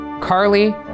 Carly